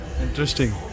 interesting